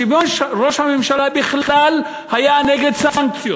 שראש הממשלה בכלל היה נגד סנקציות.